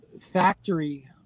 factory